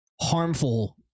harmful